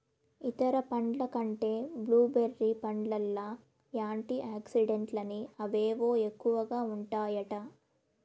ఇతర పండ్ల కంటే బ్లూ బెర్రీ పండ్లల్ల యాంటీ ఆక్సిడెంట్లని అవేవో ఎక్కువగా ఉంటాయట